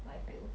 I feel